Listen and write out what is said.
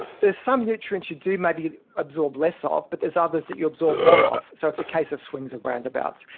there's some nutrients you do maybe absorb less off, but there's others that you absorb more of, so it's a case of swings and roundabouts,